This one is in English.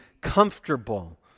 comfortable